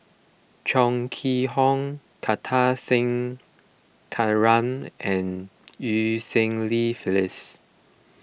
Chong Kee Hiong Kartar Singh Thakral and Eu Cheng Li Phyllis